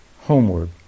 homeward